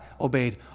obeyed